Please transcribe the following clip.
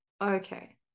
okay